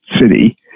City